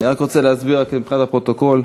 אני רק רוצה להסביר, מבחינת הפרוטוקול,